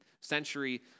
century